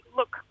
look